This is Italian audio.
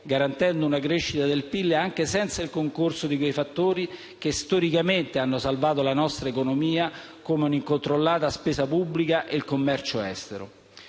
garantendo una crescita del PIL anche senza il concorso di quei fattori che storicamente hanno salvato la nostra economia, come una incontrollata spesa pubblica e il commercio estero.